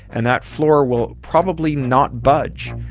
and that floor will probably not budge,